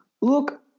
Look